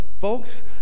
folks